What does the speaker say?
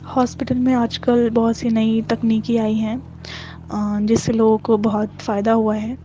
hospital میں آج کل بہت سی نئی تکنیکیں آئی ہیں جس سے لوگوں کو بہت فائدہ ہوا ہے